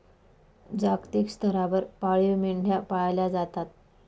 जागतिक स्तरावर पाळीव मेंढ्या पाळल्या जातात